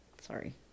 Sorry